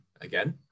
again